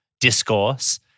discourse